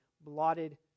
blotted